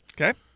Okay